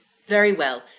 very well.